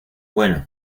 bueno